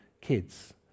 kids